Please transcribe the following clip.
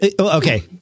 okay